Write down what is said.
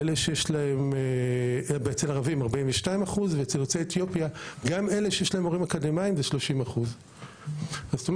במגזר הערבי כ-42% ובקרב יוצאי אתיופיה כ-30% גם